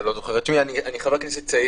אתה לא זוכר את שמי, אני חבר כנסת צעיר.